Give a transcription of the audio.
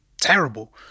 terrible